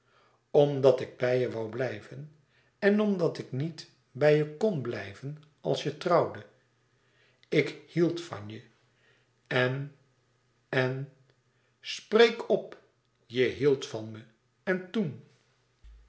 omdat ik bij je woû blijven en omdàt ik niet bij je kon blijven als je trouwde ik hield van je en en spreek op je hieldt van me en toen